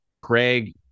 craig